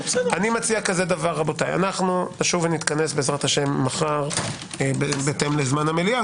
אני מציע שנשוב ונתכנס בעז"ה מחר בהתאם לזמן המליאה.